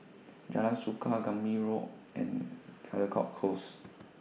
Jalan Suka Gambir Road and Caldecott Close